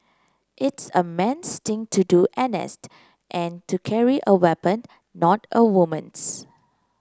it's a man's thing to do N S and to carry a weapon not a woman's